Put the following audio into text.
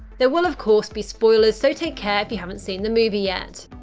there will of course be spoilers, so take care if you haven't seen the movie yet.